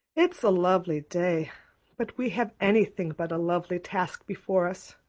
it's a lovely day but we have anything but a lovely task before us,